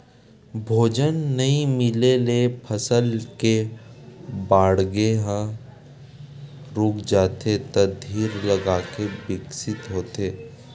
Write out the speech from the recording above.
भोजन नइ मिले ले फसल के बाड़गे ह रूक जाथे त धीर लगाके बिकसित होथे